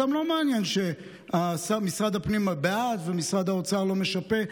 אותם לא מעניין שהשר במשרד הפנים בעד ומשרד האוצר לא משפה.